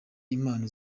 impano